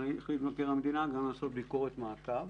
החליט מבקר המדינה לעשות גם ביקורת מעקב.